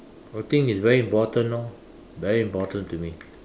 I think it's very important orh very important to me